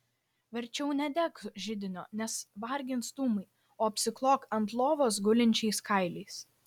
verčiau nedek židinio nes vargins dūmai o apsiklok ant lovos gulinčiais kailiais